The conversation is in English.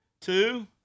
two